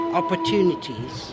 opportunities